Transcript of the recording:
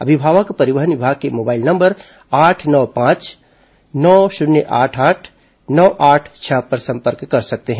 अभिमावक परिवहन विभाग के मोबाइल नंबर आठ नौ पांच नौ शन्य आठ आठ नौ आठ छह पर संपर्क कर सकते हैं